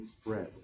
spread